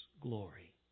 glory